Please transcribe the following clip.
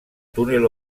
túnel